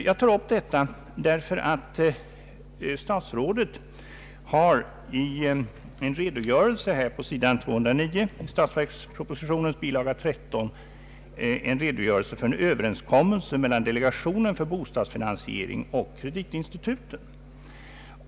Jag tar upp detta därför att statsrådet i en redogörelse på s. 209 i bil. 13 till statsverkspropositionen redovisar en överenskommelse mellan delegationen för bostadsfinansiering och kreditinstituten.